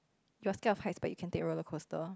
you are scared of heights but you can take roller coaster